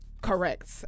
Correct